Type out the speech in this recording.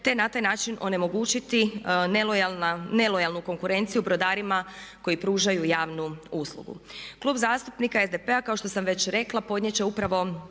te na taj način onemogućiti nelojalnu konkurenciju brodarima koji pružaju javnu uslugu. Klub zastupnika SDP-a kao što sam već rekla podnijet će upravo